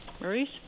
Maurice